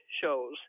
shows